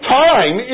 time